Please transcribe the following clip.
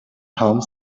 home